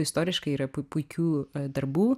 istoriškai yra pui puikių darbų